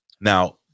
Now